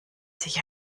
sich